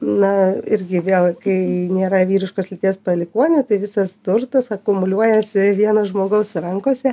na irgi vėl kai nėra vyriškos lyties palikuonių tai visas turtas akumuliuojasi vieno žmogaus rankose